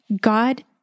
God